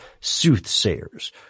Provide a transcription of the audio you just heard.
soothsayers